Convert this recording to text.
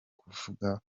kuvuga